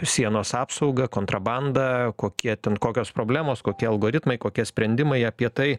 sienos apsauga kontrabanda kokie ten kokios problemos kokie algoritmai kokie sprendimai apie tai